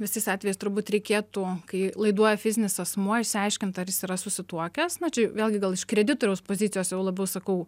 visais atvejais turbūt reikėtų kai laiduoja fizinis asmuo išsiaiškint ar jis yra susituokęs nu čia vėlgi gal iš kreditoriaus pozicijos jau labiau sakau